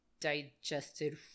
digested